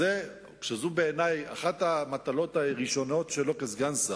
שזאת בעיני אחת המטלות הראשונות שלו כסגן שר,